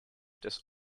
this